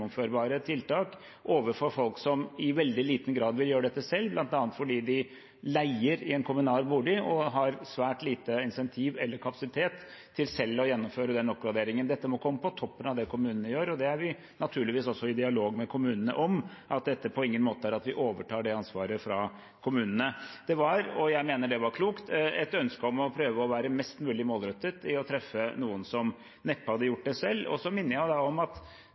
tiltak overfor folk som i veldig liten grad vil gjøre dette selv, bl.a. fordi de leier en kommunal bolig og har svært lite insentiv eller kapasitet til selv å gjennomføre den oppgraderingen. Dette må komme på toppen av det kommunene gjør, og det er vi naturligvis også i dialog med kommunene om, at dette på ingen måte er at vi overtar det ansvaret fra kommunene. Det var – og jeg mener det var klokt – et ønske om å prøve å være mest mulig målrettet i å treffe noen som neppe hadde gjort det selv. Så minner jeg om – og det var flere inne på i innleggene sine – at